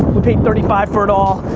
we paid thirty five for it all,